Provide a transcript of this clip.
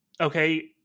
okay